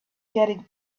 getting